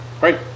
Right